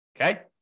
okay